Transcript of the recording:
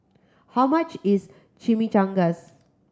how much is Chimichangas